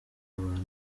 abantu